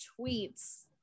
tweets